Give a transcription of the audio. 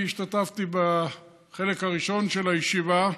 אני השתתפתי בחלק הראשון של הישיבה.